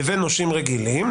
לבין נושים רגילים,